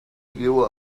you